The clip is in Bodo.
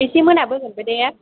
एसे मोनाबोगोनबो दे